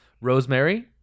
rosemary